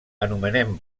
anomenem